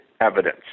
evidence